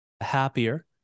happier